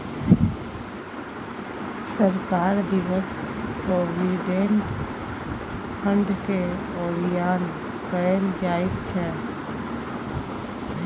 सरकार दिससँ प्रोविडेंट फंडकेँ ओरियान कएल जाइत छै